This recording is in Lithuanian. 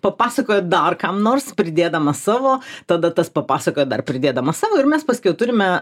papasakoja dar kam nors pridėdamas savo tada tas papasakoja dar pridėdamas savo ir mes paskiau turime